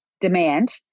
demand